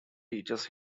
teaches